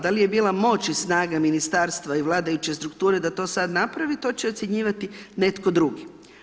Da li je ovo bila moć i snaga Ministarstva i vladajuće strukture da to sada napravi, to će ocjenjivati netko drugi.